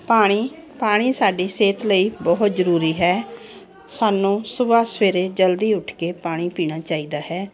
ਪਾਣੀ ਪਾਣੀ ਸਾਡੀ ਸਿਹਤ ਲਈ ਬਹੁਤ ਜ਼ਰੂਰੀ ਹੈ ਸਾਨੂੰ ਸੁਬਹਾ ਸਵੇਰੇ ਜਲਦੀ ਉੱਠ ਕੇ ਪਾਣੀ ਪੀਣਾ ਚਾਹੀਦਾ ਹੈ